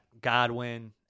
Godwin